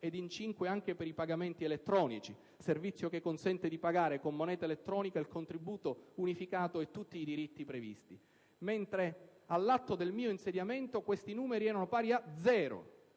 ed in cinque anche per i pagamenti elettronici. Questo è un servizio che consente di pagare con moneta elettronica il contributo unificato e tutti i diritti previsti. All'atto del mio insediamento, invece, questi numeri erano pari a